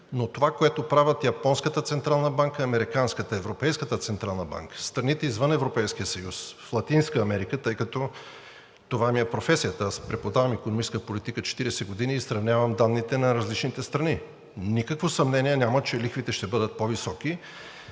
но това което правят Японската централна банка, Американската централна банка, Европейската централна банка, страните извън Европейския съюз в Латинска Америка, тъй като това ми е професията, аз преподавам икономическа политика 40 години и сравнявам данните на различните страни, никакво съмнение няма, че лихвите ще бъдат по-високи,